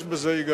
יש בזה היגיון.